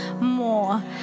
more